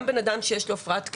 גם בן אדם שיש לו הפרעת קשב,